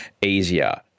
easier